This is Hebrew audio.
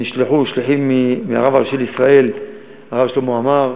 נשלחו שליחים מהרב הראשי לישראל הרב שלמה עמאר,